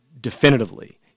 definitively